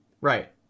right